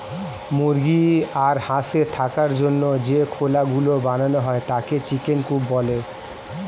মুরগি আর হাঁসের থাকার জন্য যে খোলা গুলো বানানো হয় তাকে চিকেন কূপ বলে